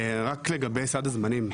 לגבי סד הזמנים,